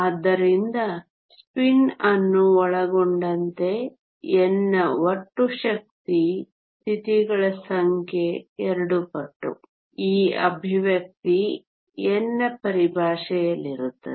ಆದ್ದರಿಂದ ಸ್ಪಿನ್ ಅನ್ನು ಒಳಗೊಂಡಂತೆ n ನ ಒಟ್ಟು ಶಕ್ತಿ ಸ್ಥಿತಿಗಳ ಸಂಖ್ಯೆ 2 ಪಟ್ಟು ಈ ಎಕ್ಸ್ಪ್ರೆಶನ್ n ನ ಪರಿಭಾಷೆಯಲ್ಲಿರುತ್ತದೆ